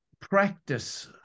practice